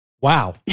Wow